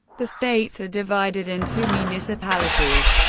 the states are divided into municipalities,